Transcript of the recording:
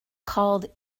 called